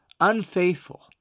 unfaithful